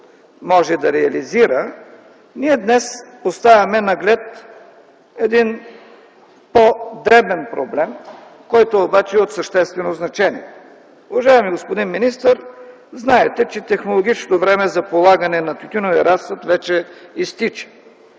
може да реализира, ние днес поставяме един наглед по-дребен проблем, който обаче е от съществено значение. Уважаеми господин министър, знаете, че технологичното време за полагане на тютюневия разсад вече изтича.